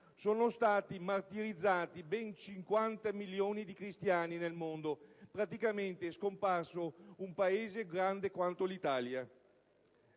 sono stati martirizzati ben 50 milioni di cristiani nel mondo: praticamente è scomparso un Paese grande quanto l'Italia.